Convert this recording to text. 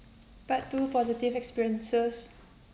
part two positive experiences